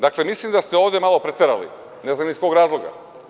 Dakle, mislim da ste ovde malo preterali, ne znam iz kog razloga.